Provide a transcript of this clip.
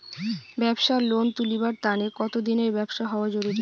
ব্যাবসার লোন তুলিবার তানে কতদিনের ব্যবসা হওয়া জরুরি?